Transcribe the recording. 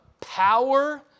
power